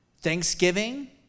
thanksgiving